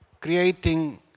creating